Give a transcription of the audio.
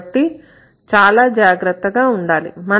కాబట్టి చాలా జాగ్రత్తగా ఉండాలి